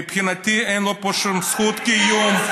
מבחינתי אין לו פה שום זכות קיום.